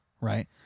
right